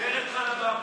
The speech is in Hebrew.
גב' חנה בבלי.